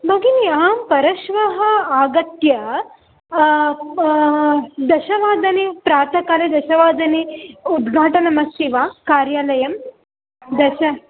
भगिनि अहं परश्वः आगत्य बा दशवादने प्रातःकाले दशवादने उद्घाटनमस्ति वा कार्यालयं दश